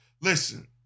Listen